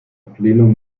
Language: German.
plenum